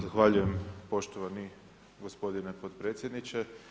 Zahvaljujem poštovani gospodine potpredsjedniče.